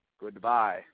Goodbye